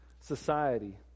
society